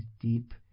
deep